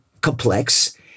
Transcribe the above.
complex